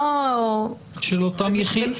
של אותם יחידים